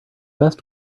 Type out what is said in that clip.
best